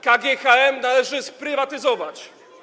KGHM należy sprywatyzować.